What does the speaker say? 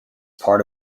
part